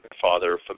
father